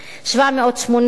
784,